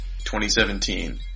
2017